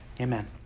amen